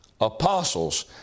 apostles